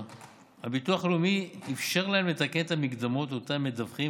הביטוח הלאומי אפשר להם לתקן את המקדמות שעליהן הם מדווחים